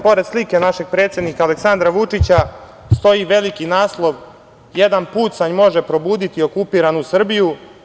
Pored slike našeg predsednika Aleksandra Vučića stoji veliki naslov: „Jedan pucanj može probuditi okupiranu Srbiju.